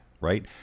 right